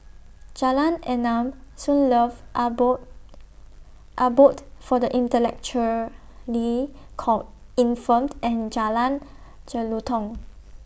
Jalan Enam Sunlove Abode Abode For The Intellectually Come Infirmed and Jalan Jelutong